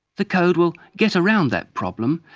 the code will get around that problem,